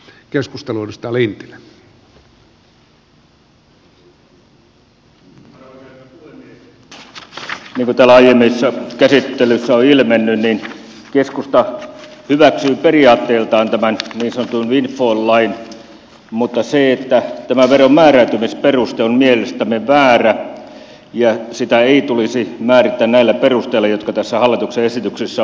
niin kuin täällä aiemmissa käsittelyissä on ilmennyt keskusta hyväksyy periaatteiltaan tämän niin sanotun windfall lain mutta tämä veron määräytymisperuste on mielestämme väärä ja sitä ei tulisi määrittää näillä perusteilla jotka tässä hallituksen esityksessä ovat pohjana